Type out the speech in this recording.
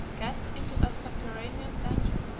cast into a subterraneous dungeon,